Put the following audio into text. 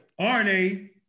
RNA